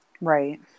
Right